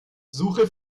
suche